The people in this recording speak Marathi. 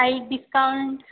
काही डिस्काउंट